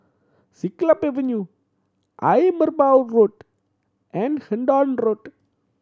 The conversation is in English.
Siglap Avenue Ayer Merbau Road and Hendon Road